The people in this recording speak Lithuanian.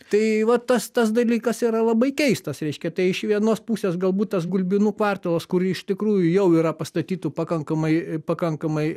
tai vat tas tas dalykas yra labai keistas reiškia tai iš vienos pusės galbūt tas gulbinų kvartalas kur iš tikrųjų jau yra pastatytų pakankamai pakankamai